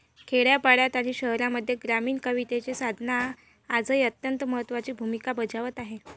खेड्यापाड्यांत आणि शहरांमध्ये ग्रामीण कवितेची साधना आजही अत्यंत महत्त्वाची भूमिका बजावत आहे